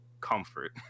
Comfort